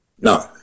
No